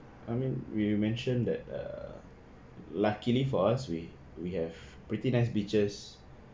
I mean when you mention that err luckily for us we we have pretty nice beaches